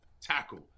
tackle